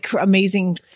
amazing